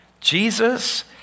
Jesus